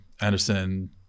Anderson